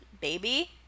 baby